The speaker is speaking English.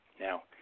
Now